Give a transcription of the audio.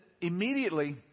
immediately